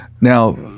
Now